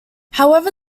however